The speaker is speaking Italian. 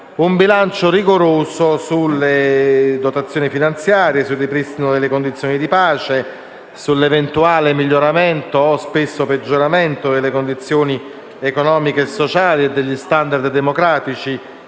un bilancio rigoroso sulle dotazioni finanziarie, sul ripristino delle condizioni di pace, sull'eventuale miglioramento o - spesso - peggioramento delle condizioni economiche e sociali e degli *standard* democratici